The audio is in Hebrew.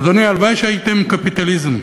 ואדוני, הלוואי שהייתם קפיטליזם,